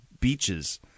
beaches